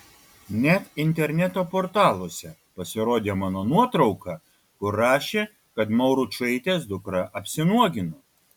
net interneto portaluose pasirodė mano nuotrauka kur rašė kad mauručaitės dukra apsinuogino